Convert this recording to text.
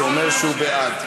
שאומר שהוא בעד,